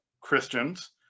Christians